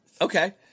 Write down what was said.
Okay